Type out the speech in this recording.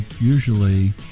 usually